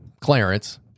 Clarence